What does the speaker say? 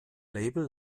label